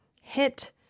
Hit